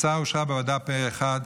ההצעה אושרה בוועדה פה אחד,